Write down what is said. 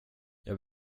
jag